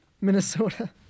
Minnesota